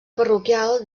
parroquial